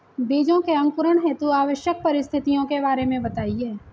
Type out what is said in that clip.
बीजों के अंकुरण हेतु आवश्यक परिस्थितियों के बारे में बताइए